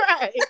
right